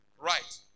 Right